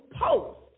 post